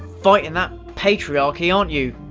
fighting that patriarchy, aren't you?